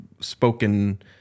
spoken